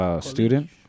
student